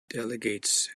delegates